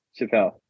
Chappelle